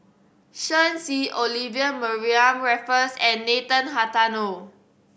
Shen Xi Olivia Mariamne Raffles and Nathan Hartono